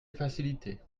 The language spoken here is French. facilitées